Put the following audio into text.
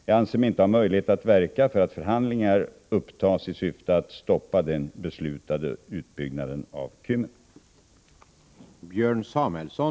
Jag anser mig inte ha möjlighet att verka för att förhandlingar upptas i syfte att stoppa den beslutade utbyggnaden av Kymmen.